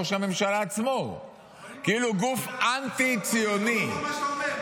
ראש הממשלה עצמו -- זה לא נכון מה שאתה אומר.